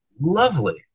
lovely